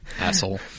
asshole